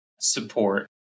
support